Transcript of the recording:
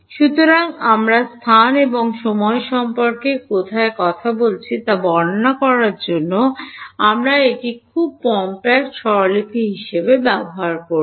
সুতরাং আমরা স্থান এবং সময় সম্পর্কে কোথায় কথা বলছি তা বর্ণনা করার জন্য আমরা এই খুব কমপ্যাক্ট স্বরলিপিটি ব্যবহার করব